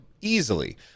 easily